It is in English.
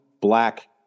black